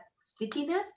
stickiness